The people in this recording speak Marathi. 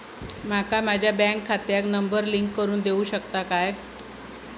माका माझ्या बँक खात्याक नंबर लिंक करून देऊ शकता काय?